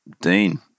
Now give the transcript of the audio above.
Dean